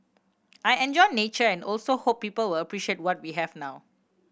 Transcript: I enjoy nature and also hope people will appreciate what we have now